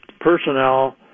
personnel